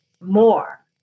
more